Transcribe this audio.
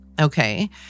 Okay